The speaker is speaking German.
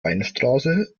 weinstraße